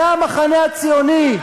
זה המחנה הציוני?